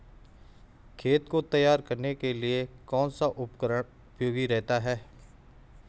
खेत को तैयार करने के लिए कौन सा उपकरण उपयोगी रहता है?